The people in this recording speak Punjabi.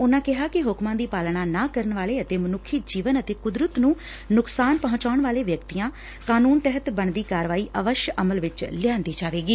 ਉਨਾਂ ਕਿਹਾ ਕਿ ਹੁਕਮਾਂ ਦੀ ਪਾਲਣਾ ਨਾਂ ਕਰਨ ਵਾਲੇ ਅਤੇ ਮਨੁੱਖੀ ਜੀਵਨ ਅਤੇ ਕੁਦਰਤ ਨੂੰ ਨੁਕਸਾਨ ਪਹੁੰਚਾਉਣ ਵਾਲੇ ਵਿਅਕਤੀਆਂ ਕਾਨੂੰਨ ਤਹਿਤ ਬਣਦੀ ਕਾਰਵਾਈ ਅਵੱਸ਼ ਅਮਲ ਚ ਲਿਆਂਦੀ ਜਾਵੇਗੀ